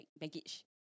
baggage